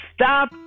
Stop